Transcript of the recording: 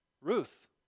Ruth